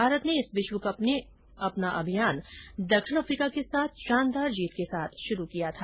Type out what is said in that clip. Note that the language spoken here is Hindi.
भारत ने इस विश्वकप में अपना अभियान दक्षिण अफ्रीका के खिलाफ शानदार जीत के साथ शुरू किया था